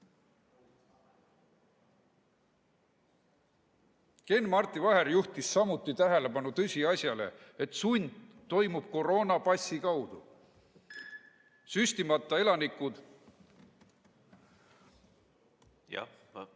Ken-Marti Vaher juhtis samuti tähelepanu tõsiasjale, et sund toimub koroonapassi kaudu. Süstimata elanikud ...